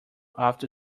after